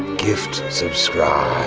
gift subscribe.